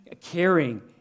caring